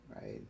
right